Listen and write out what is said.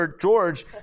George